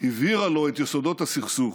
הבהירה לו את יסודות הסכסוך: